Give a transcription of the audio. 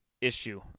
issue